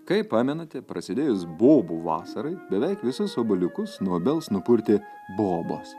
kaip pamenate prasidėjus bobų vasarai beveik visos obuoliukus nuo obels nupurtė bobos